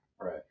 right